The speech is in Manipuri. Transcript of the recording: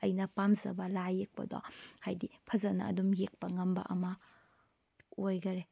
ꯑꯩꯅ ꯄꯥꯝꯖꯕ ꯂꯥꯏ ꯌꯦꯛꯄꯗꯣ ꯍꯥꯏꯕꯗꯤ ꯐꯖꯅ ꯑꯗꯨꯝ ꯌꯦꯛꯄ ꯉꯝꯕ ꯑꯃ ꯑꯣꯏꯈꯔꯦ